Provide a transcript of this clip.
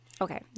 Okay